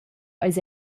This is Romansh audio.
eis